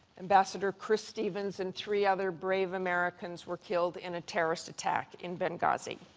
ambassador chris stevens and three other brave americans were killed in a terrorist attack in benghazi.